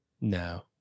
No